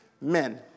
men